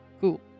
Cool